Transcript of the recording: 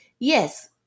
Yes